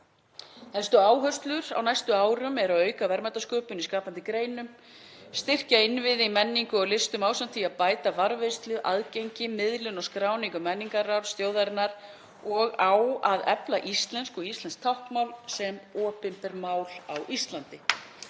Helstu áherslur á næstu árum eru að auka verðmætasköpun í skapandi greinum, styrkja innviði í menningu og listum ásamt því að bæta varðveislu, aðgengi, miðlun og skráningu menningararfs þjóðarinnar og á að efla íslensku og íslenskt táknmál sem opinber mál á Íslandi.